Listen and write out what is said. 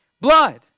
blood